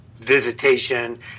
visitation